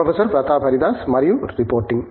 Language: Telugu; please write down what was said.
ప్రొఫెసర్ ప్రతాప్ హరిదాస్ మరియు రిపోర్టింగ్